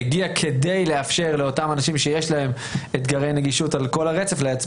שהגיעה כדי לאפשר לאותם אנשים שיש להם אתגרי נגישות להצביע.